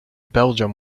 belgium